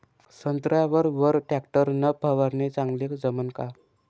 संत्र्यावर वर टॅक्टर न फवारनी चांगली जमन का?